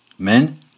Men